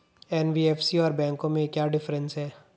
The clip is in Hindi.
एन.बी.एफ.सी और बैंकों में क्या डिफरेंस है?